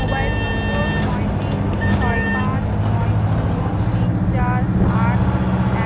mobile number নয় তিন ছয় পাঁচ নয় শূন্য তিন চার আট